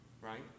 right